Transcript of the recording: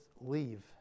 leave